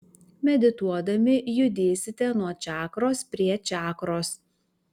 medituodami judėsite nuo čakros prie čakros